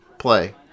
play